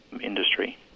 industry